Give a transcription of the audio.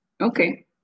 Okay